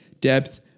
depth